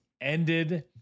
ended